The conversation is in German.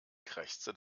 krächzte